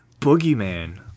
Boogeyman